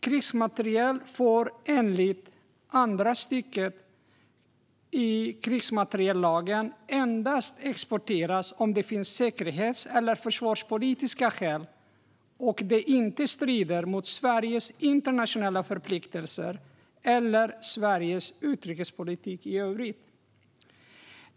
Krigsmateriel får enligt 1 § andra stycket krigsmateriellagen endast exporteras om det finns säkerhets eller försvarspolitiska skäl och det inte strider mot Sveriges internationella förpliktelser eller Sveriges utrikespolitik i övrigt.